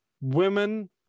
women